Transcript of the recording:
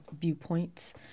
viewpoints